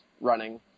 running